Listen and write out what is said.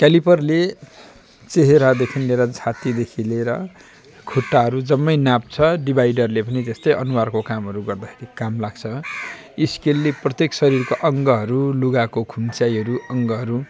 क्यालिपरले चेहेरादेखि लिएर छातीदेखि लिएर खुट्टाहरू जम्मै नाप्छ डिभाइडरले पनि त्यस्तै अनुहारको कामहरू गर्दाखेरि काम लाग्छ स्केलले प्रत्येक शरीरको अङ्गहरू लुगाको खुम्चाइहरू अङ्गहरू